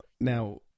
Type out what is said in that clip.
now